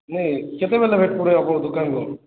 ମୁଇଁ କେତେବେଳେ ଭେଟ୍ ପଡ଼ିବ ଆପଣଙ୍କ ଦୋକାନକୁ